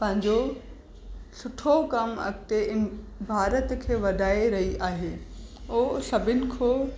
पंहिंजो सुठो कमु अॻिते इं भारत खे वधाए रही आहे ओ सभिनि खां